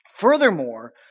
Furthermore